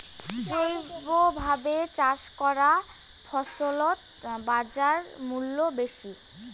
জৈবভাবে চাষ করা ফছলত বাজারমূল্য বেশি